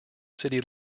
city